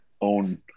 own